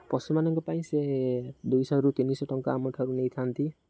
ପଶୁମାନଙ୍କ ପାଇଁ ସେ ଦୁଇଶହରୁ ତିନିଶହ ଟଙ୍କା ଆମଠାରୁ ନେଇଥାନ୍ତି